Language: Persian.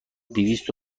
دویست